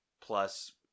plus